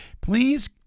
please